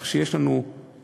כך שיש לנו חוק